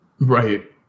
right